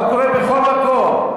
מה קורה בכל מקום.